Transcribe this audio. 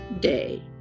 day